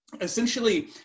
essentially